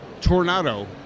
Tornado